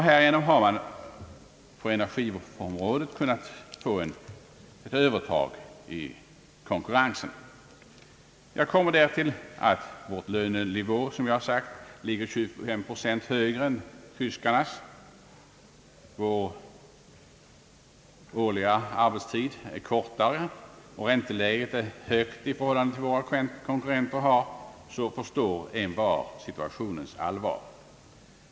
Härigenom har man på energiområdet kunnat få ett övertag i konkurrensen. Om därtill kommer att vår lönenivå ligger 25 procent högre än tyskarnas, vår årliga arbetstid är kortare och ränteläget högt i förhållande till våra konkurrenters, förstår envar situationens allvar.